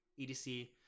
EDC